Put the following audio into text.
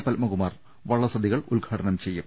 പത്മകുമാർ വള്ളസദൃകൾ ഉദ്ഘാടനം ചെയ്യും